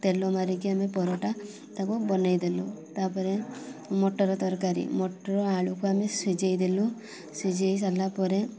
ତେଲ ମାରିକି ଆମେ ପରଟା ତାକୁ ବନେଇ ଦେଲୁ ତା'ପରେ ମଟର ତରକାରୀ ମଟର ଆଳୁକୁ ଆମେ ସିଝାଇଦେଲୁ ସିଝାଇ ସାରିଲା ପରେ